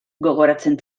gogoratzen